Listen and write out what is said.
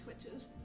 twitches